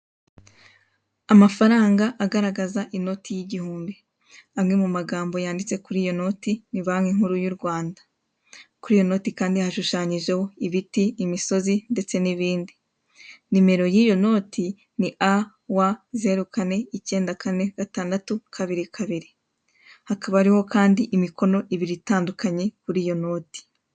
Amafaranga agaragaza inoti y'igihumbi, amwe mu magambo yanditse kuri iyo noti ni banki nkuru y'u Rwanda. Kuri iyo noti kandi hashushanyijeho ibiti, imisozi ndetse n'ibindi. Nimero y'iyo noti ni a, wa, zeru, kane, icyenda, kane, gatandatu, kabiri, kabiri. Hakaba hariho kandi imikono ibiri itandukanye kuri iyo noti.